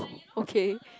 okay